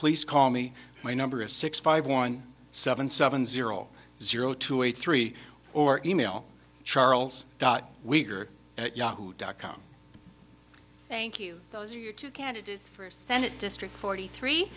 please call me my number is six five one seven seven zero zero two eight three or e mail charles dot yahoo dot com thank you those are your two candidates for senate district forty three